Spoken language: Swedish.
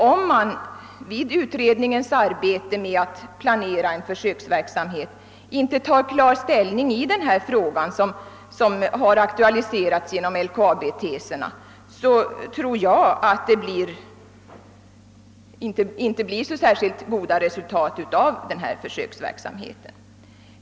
Om man vid utredningens arbete med planerna för en försöksverksamhet inte tar klar ställning i den fråga som har aktualiserats genom LKAB:s teser, tror jag emellertid att resultaten av försöksverksamheten inte blir särskilt goda.